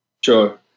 Sure